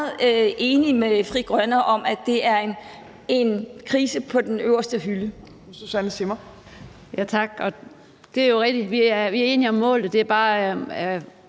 enig med Frie Grønne om, at det er en krise på den øverste hylde.